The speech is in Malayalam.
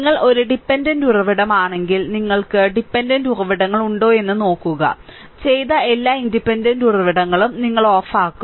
നിങ്ങൾ ഒരു ഡിപെൻഡന്റ് ഉറവിടമാണെങ്കിൽ നിങ്ങൾക്ക് ഡിപെൻഡന്റ് ഉറവിടങ്ങളുണ്ടോയെന്ന് നോക്കുക ചെയ്ത എല്ലാ ഇൻഡിപെൻഡന്റ് ഉറവിടങ്ങളും നിങ്ങൾ ഓഫാക്കും